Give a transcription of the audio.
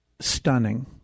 stunning